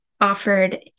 offered